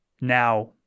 now